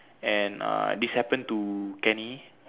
and uh this happened to Kenny